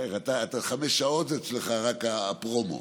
בחייך, חמש שעות אצלך זה רק הפרומו.